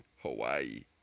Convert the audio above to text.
Hawaii